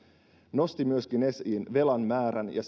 nosti esiin myöskin velan määrän ja